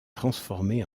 transformés